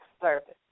service